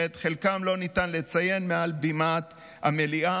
שאת חלקם לא ניתן לציין מעל בימת המליאה,